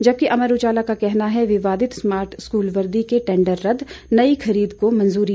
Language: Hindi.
जबकि अमर उजाला का कहना है विवादित स्मार्ट स्कूल वर्दी के टेंडर रद्द नई खरीद को मंजूरी